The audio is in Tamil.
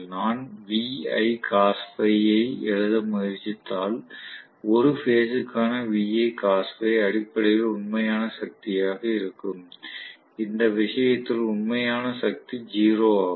நான் ஐ எழுத முயற்சித்தால் ஒரு பேஸ் க்கான அடிப்படையில் உண்மையான சக்தியாக இருக்கும் இந்த விஷயத்தில் உண்மையான சக்தி 0 ஆகும்